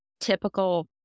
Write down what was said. typical